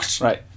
Right